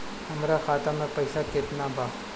हमरा खाता में पइसा केतना बा?